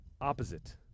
opposite